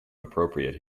appropriate